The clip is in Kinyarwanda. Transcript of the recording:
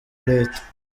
leta